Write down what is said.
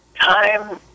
Time